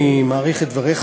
אני מעריך את דבריך,